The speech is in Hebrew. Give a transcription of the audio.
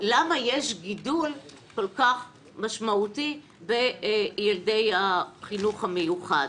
למה יש גידול כל כך משמעותי בילדי החינוך המיוחד.